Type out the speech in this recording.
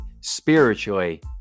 spiritually